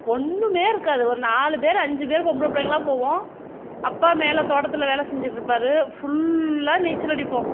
ஒன்றுமே இருக்காது ஒரு நாலு பேர் அஞ்சு பேர் பொம்பளை பிள்ளைங்களா போவோம் அப்பா மேலே தோட்டத்தில் வேலை செஞ்சிகிட்டு இருப்பார் ஃபுல்லாக நீச்சல் அடிப்போம்